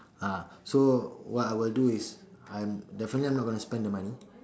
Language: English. ah so what I will do is I'm definitely I'm not going to spend the money